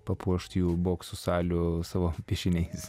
papuošt jų bokso salių savo piešiniais